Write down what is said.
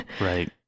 Right